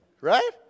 right